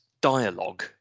dialogue